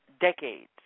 decades